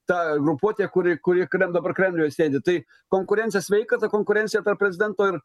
ta grupuotė kuri kuri krem dabar kremliuje sėdi tai konkurencija sveika ta konkurencija tarp prezidento ir